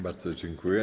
Bardzo dziękuję.